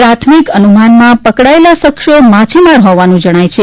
પ્રાથમિક અનુમાનમાં પકડાયેલા શખ્સો માછીમાર હોવાનું જણાયું છે